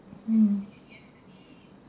hmm